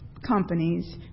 Companies